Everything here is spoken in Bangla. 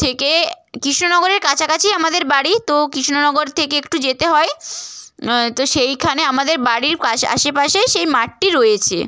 থেকে কৃষ্ণনগরের কাছাকাছি আমাদের বাড়ি তো কৃষ্ণনগর থেকে একটু যেতে হয় তো সেইখানে আমাদের বাড়ির আশেপাশেই সেই মাঠটি রয়েছে